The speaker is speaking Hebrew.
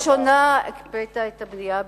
לראשונה הקפאת את הבנייה בירושלים,